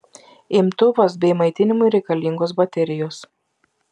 imtuvas bei maitinimui reikalingos baterijos